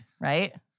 right